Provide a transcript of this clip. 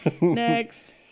Next